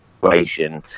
situation